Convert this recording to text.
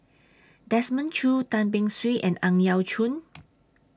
Desmond Choo Tan Beng Swee and Ang Yau Choon